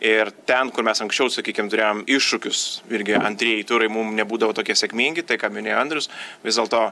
ir ten kur mes anksčiau sakykim turėjom iššūkius irgi antrieji turai mum nebūdavo tokie sėkmingi tai ką minėjo andrius vis dėlto